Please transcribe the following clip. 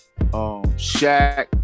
Shaq